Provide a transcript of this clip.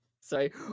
Sorry